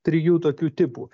trijų tokių tipų